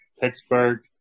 Pittsburgh